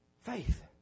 faith